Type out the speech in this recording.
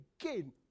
again